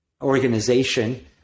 organization